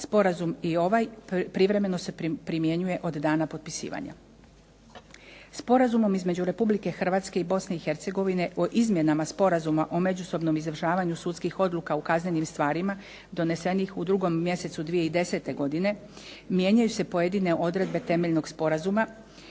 Sporazum i ovaj privremeno se primjenjuje od dana potpisivanja. Sporazumom između Republike Hrvatske i Bosne i Hercegovine o izmjenama Sporazuma o međusobnom izvršavanju sudskih odluka u kaznenim stvarima donesenih u drugom mjesecu 2010. godine mijenjaju se pojedine odredbe temeljnog sporazuma